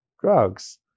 drugs